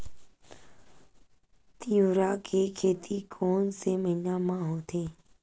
तीवरा के खेती कोन से महिना म होही?